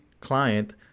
client